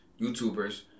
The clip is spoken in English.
YouTubers